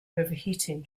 overheating